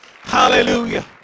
Hallelujah